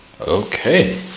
Okay